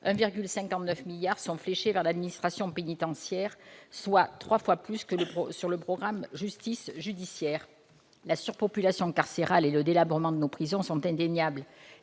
1,59 milliard est fléché vers l'administration pénitentiaire, soit trois fois plus que pour le programme « Justice judiciaire ». La surpopulation carcérale et le délabrement de nos prisons sont indéniables.